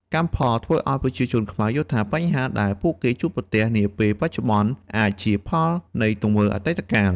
កម្មផល ធ្វើឱ្យប្រជាជនខ្មែរយល់ថា បញ្ហាដែលពួកគេជួបប្រទះនាពេលបច្ចុប្បន្នអាចជាផលនៃទង្វើអតីតកាល។